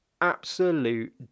Absolute